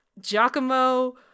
Giacomo